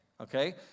Okay